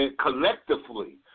collectively